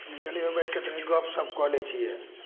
कनि चलिऔ बैठिके तनि गपशप कऽ लै छिए